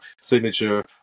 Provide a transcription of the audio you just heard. signature